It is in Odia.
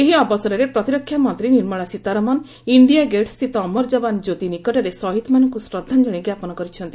ଏହି ଅବସରରେ ପ୍ରତିରକ୍ଷା ମନ୍ତ୍ରୀ ନିର୍ମଳା ସୀଥାରମନ୍ ଇଣ୍ଡିଆ ଗେଟ୍ ସ୍ଥିତ ଅମର୍ ଯବାନ୍ କ୍ୟୋତି ନିକଟରେ ଶହୀଦ୍ମାନଙ୍କୁ ଶ୍ରଦ୍ଧାଞ୍ଜଳୀ ଜ୍ଞାପନ କରିଛନ୍ତି